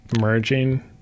merging